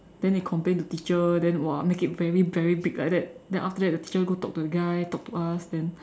then they complain to teacher then !wah! make it very very big like that then after that the teacher go talk to the guy talk to us then